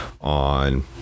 on